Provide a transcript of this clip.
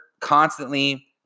constantly